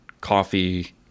coffee